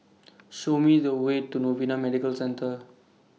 Show Me The Way to Novena Medical Centre